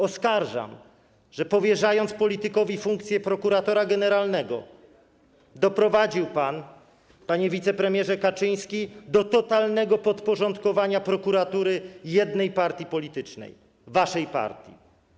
Oskarżam, że powierzając politykowi funkcję prokuratora generalnego, doprowadził pan, panie wicepremierze Kaczyński, do totalnego podporządkowania prokuratury jednej partii politycznej, waszej partii.